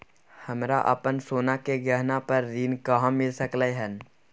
हमरा अपन सोना के गहना पर ऋण कहाॅं मिल सकलय हन?